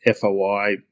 FOI